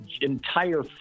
entire